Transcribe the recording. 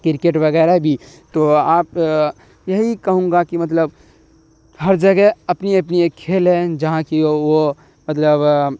cricket وغیرہ بھی تو آپ یہی کہوں گا کہ مطلب ہر جگہ اپنی اپنی ایک کھیل ہے جہاں کہ وہ مطلب